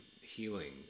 healing